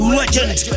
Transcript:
legend